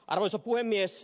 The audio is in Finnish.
arvoisa puhemies